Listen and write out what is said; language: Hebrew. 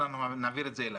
אנחנו נעביר את זה אליך.